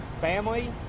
family